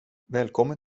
välkommen